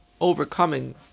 overcoming